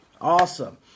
Awesome